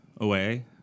away